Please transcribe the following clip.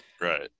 Right